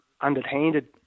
underhanded